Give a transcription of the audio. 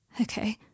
Okay